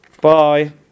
Bye